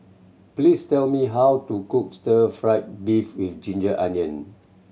please tell me how to cook stir fried beef with ginger onion